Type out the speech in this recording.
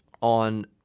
on